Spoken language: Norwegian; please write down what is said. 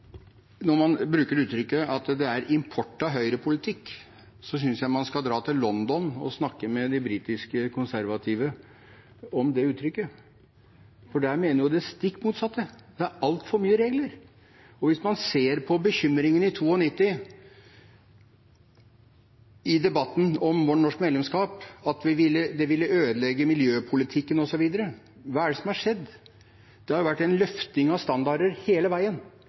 Når man bruker uttrykket at det er import av høyrepolitikk, synes jeg man skal dra til London og snakke med de britiske konservative om det uttrykket, for de mener jo det stikk motsatte, at det er altfor mye regler. Og hvis man ser på bekymringene i 1992, i debatten om norsk medlemskap – at det ville ødelegge miljøpolitikken, osv.: Hva er det som har skjedd? Det har vært en løfting av standarder hele veien.